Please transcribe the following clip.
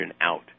out